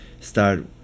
start